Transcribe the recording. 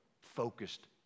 focused